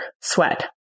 sweat